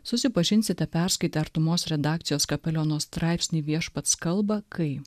susipažinsite perskaitę artumos redakcijos kapeliono straipsnį viešpats kalba kai